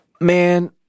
man